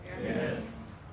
Yes